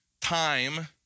time